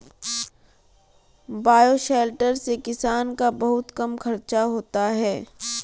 bioshelter से किसान का बहुत कम खर्चा होता है